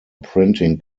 printing